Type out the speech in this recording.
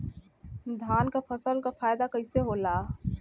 धान क फसल क फायदा कईसे होला?